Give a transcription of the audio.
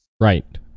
Right